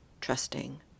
trusting